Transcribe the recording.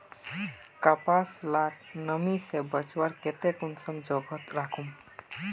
कपास लाक नमी से बचवार केते कुंसम जोगोत राखुम?